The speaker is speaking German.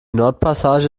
nordpassage